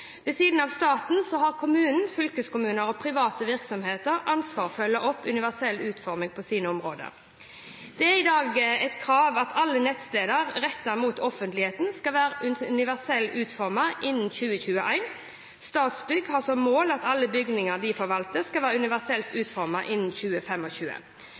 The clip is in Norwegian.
Ved siden av staten har kommuner, fylkeskommuner og private virksomheter ansvar for å følge opp universell utforming på sine områder. Det er i dag et krav at alle nettsteder rettet mot offentligheten skal være universelt utformet innen 2021. Statsbygg har som mål at alle bygninger de forvalter, skal være universelt